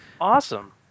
Awesome